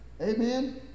Amen